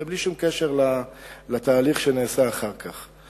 זה בלי שום קשר לתהליך שנעשה אחר כך.